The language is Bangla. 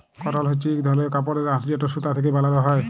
কটল হছে ইক ধরলের কাপড়ের আঁশ যেট সুতা থ্যাকে বালাল হ্যয়